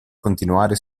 continuare